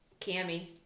Cammy